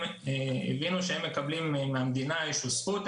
הם הבינו שהם מקבלים מן המדינה איזו זכות,